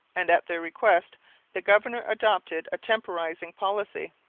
and at their request the governor adopted a temporizing policy.